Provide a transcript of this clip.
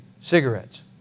cigarettes